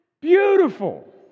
beautiful